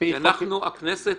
הכנסת